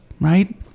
right